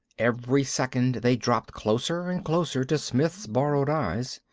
every second they dropped closer and closer to smith's borrowed eyes.